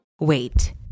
Wait